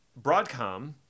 Broadcom